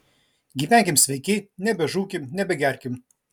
gyvenkim sveiki nebežūkim nebegerkim